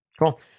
Cool